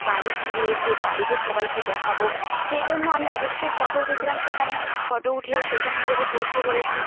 বাড়ি ফিরে এসে বাড়িতে সবাইকে দেখাব সেই জন্য আমি অবশ্যই ফোটো উঠিয়েছিলাম সেখানে ফোটো উঠিয়ে সোশাল মিডিয়াতে পোস্টও করেছি